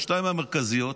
השתיים המרכזיות: